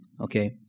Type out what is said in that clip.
okay